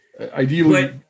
Ideally